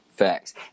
Facts